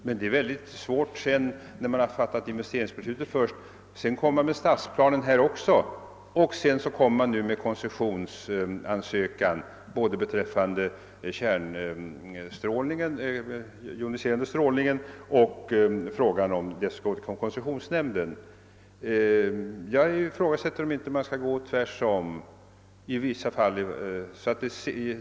Men när väl beslutet om investering har fattats är det svårt att inte ta hänsyn till det när stadsplan upprättas och då särskild ansökan beträffande den joniserande strålningen skall göras liksom vid prövning enligt miljöskyddslagen hos koncessionsnämnden. Jag ifrågasätter om inte tillvägagångssättet borde vara det motsatta.